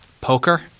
poker